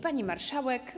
Pani Marszałek!